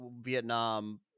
Vietnam